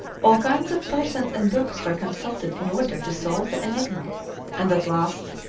all kinds of persons and books were consulted in order to solve the enigma and at last,